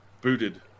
booted